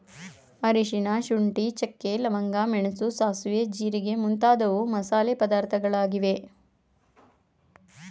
ಅರಿಶಿನ, ಶುಂಠಿ, ಚಕ್ಕೆ, ಲವಂಗ, ಮೆಣಸು, ಸಾಸುವೆ, ಜೀರಿಗೆ ಮುಂತಾದವು ಮಸಾಲೆ ಪದಾರ್ಥಗಳಾಗಿವೆ